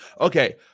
Okay